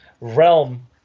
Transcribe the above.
realm